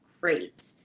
Great